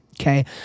okay